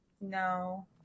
No